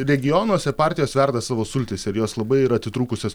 regionuose partijos verda savo sultyse ir jos labai yra atitrūkusios